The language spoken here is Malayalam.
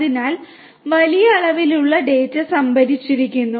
അതിനാൽ വലിയ അളവിലുള്ള ഡാറ്റ സംഭരിച്ചിരിക്കുന്നു